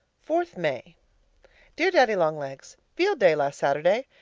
fourth may dear daddy-long-legs, field day last saturday.